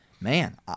man